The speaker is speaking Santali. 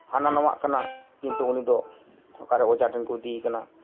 ᱦᱟᱱᱟ ᱱᱚᱣᱟᱜ ᱠᱟᱱᱟ ᱠᱤᱱᱛᱩ ᱩᱱᱤ ᱫᱚ ᱚᱠᱟᱨᱮ ᱚᱡᱷᱟ ᱴᱷᱮᱱ ᱠᱚ ᱤᱫᱤᱭᱮ ᱠᱟᱱᱟ